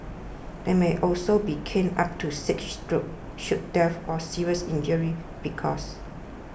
they may also be caned up to six strokes should death or serious injury be caused